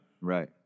Right